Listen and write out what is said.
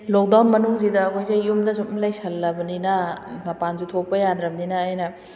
lockdown ꯃꯅꯨꯡꯁꯤꯗ ꯑꯩꯈꯣꯏꯁꯦ ꯌꯨꯝꯗ ꯑꯁꯨꯝ ꯂꯩꯁꯜꯂꯕꯅꯤꯅ ꯃꯄꯥꯟꯁꯨ ꯊꯣꯛꯄ ꯌꯥꯗ꯭ꯔꯕꯅꯤꯅ ꯑꯩꯅ